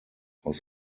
aus